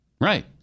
Right